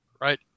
right